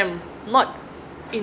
not in